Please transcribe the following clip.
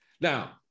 now